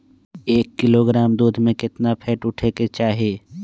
एक किलोग्राम दूध में केतना फैट उठे के चाही?